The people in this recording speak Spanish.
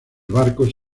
barcos